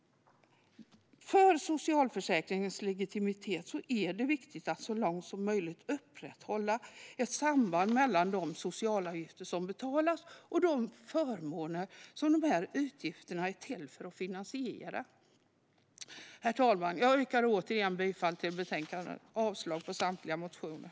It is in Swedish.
För socialförsäkringens legitimitet är det viktigt att så långt som möjligt upprätthålla ett samband mellan de socialavgifter som betalas och de förmåner som dessa avgifter är till för att finansiera. Herr talman! Jag yrkar återigen bifall till utskottets förslag i betänkandet och avslag på samtliga motioner.